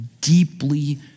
deeply